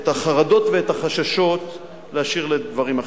את החרדות ואת החששות להשאיר לדברים אחרים.